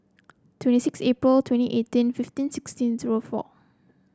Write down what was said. twenty six April twenty eighteen fifteen sixteen zero four